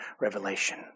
revelation